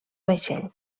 vaixell